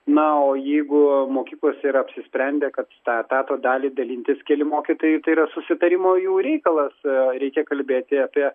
na o jeigu mokyklos ir apsisprendė kad tą etato dalį dalintis keli mokytojai tai yra susitarimo jų reikalas reikia kalbėti apie